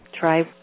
try